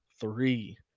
three